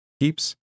keeps